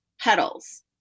petals